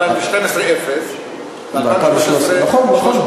2012, אפס, ו-2013, 300,000. נכון, נכון.